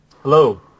Hello